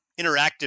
interactive